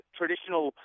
traditional